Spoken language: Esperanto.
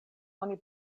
oni